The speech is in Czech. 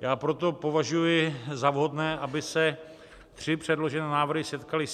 Já proto považuji za vhodné, aby se tři předložené návrhy setkaly